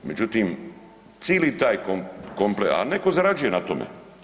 Međutim, cili taj komplet, a netko zarađuje na tome.